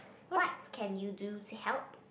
what can you do to help